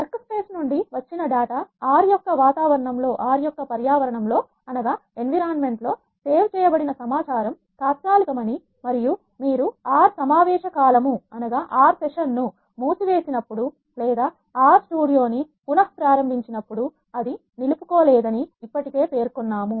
work space నుండి వచ్చిన data R యొక్క వాతావరణం లో లో సేవ్ చేయబడిన సమాచారం తాత్కాలిక మని మరియు మీరు R సమావేశ కాలమును మూసి వేసినప్పుడు లేదా R స్టూడియో పునః ప్రారంభించినప్పుడు అది నిలుపుకో లేదని ఇప్పటికే పేర్కొన్నాము